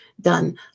done